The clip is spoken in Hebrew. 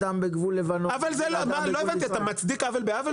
בוודאי, להפסיק להפריע להם.